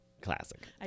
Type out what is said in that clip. Classic